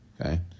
okay